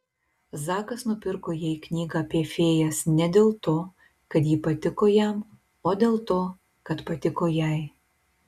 zakas nupirko jai knygą apie fėjas ne dėl to kad ji patiko jam o dėl to kad patiko jai